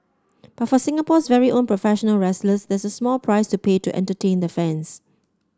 but for Singapore's very own professional wrestlers that's a small price to pay to entertain the fans